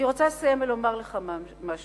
אני רוצה לסיים ולומר לך משהו.